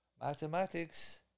Mathematics